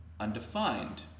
undefined